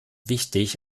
wichtig